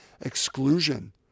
exclusion